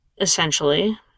essentially